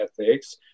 ethics